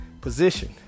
position